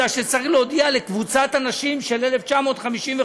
כי צריך להודיע לקבוצת הנשים של 1955,